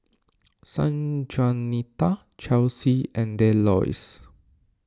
Sanjuanita Chelsea and Delois